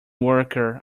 worker